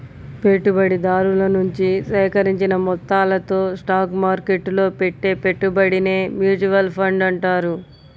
పెట్టుబడిదారుల నుంచి సేకరించిన మొత్తాలతో స్టాక్ మార్కెట్టులో పెట్టే పెట్టుబడినే మ్యూచువల్ ఫండ్ అంటారు